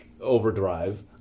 Overdrive